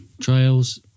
trails